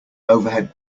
overhead